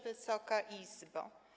Wysoka Izbo!